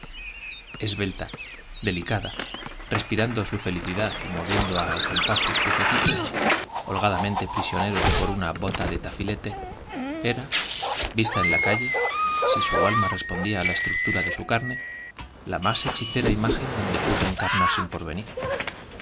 esbelta delicada respirando su felicidad y moviendo á com pás sus piececitos holgadamente prisioneros por una bota de tafilete era vista en la calle si su alma res pondía á la estructura de su carne la más hechicera imagen donde pudo encarnarse un porvenir